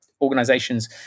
organizations